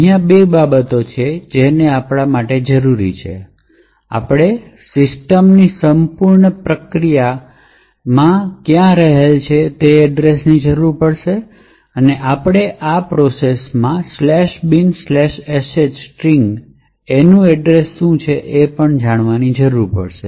ત્યાં બે બાબતો છે જેની આપણે જરૂર છે આપણે સિસ્ટમની સંપૂર્ણ પ્રક્રિયામાં ક્યાં રહે છે તે એડ્રેશની જરૂર પડશે અને આપણે પ્રક્રિયામાં ""binsh"" સ્ટ્રિંગ નું સ્થાન ક્યાંક હાજર છે તે શોધવાની પણ જરૂર છે